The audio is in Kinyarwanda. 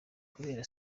kubera